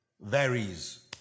varies